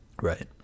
Right